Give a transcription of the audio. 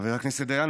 חבר הכנסת דיין,